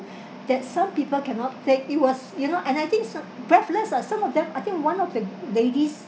that some people cannot take it was you know and I think so~ breathless ah some of them I think one of the ladies